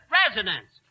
residents